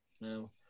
Now